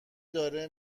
داره